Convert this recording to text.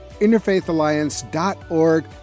interfaithalliance.org